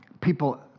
people